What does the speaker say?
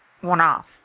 one-off